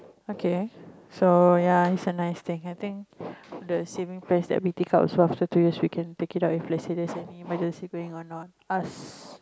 okay so ya it's a nice thing I think the saving place that we take out so after two years we can take out if let's say there's any emergency going on us